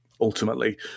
ultimately